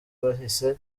bahise